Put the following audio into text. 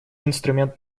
инструмент